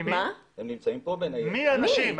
מי האנשים?